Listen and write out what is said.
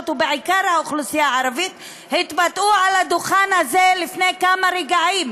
ובעיקר האוכלוסייה הערבית התבטאו על הדוכן הזה לפני כמה רגעים.